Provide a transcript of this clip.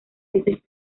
veces